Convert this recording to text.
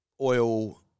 oil